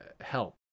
help